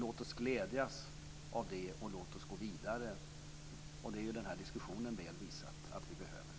Låt oss glädjas över det, och låt oss gå vidare. Det har ju den här diskussionen väl visat att vi behöver.